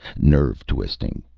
nerve-twisting.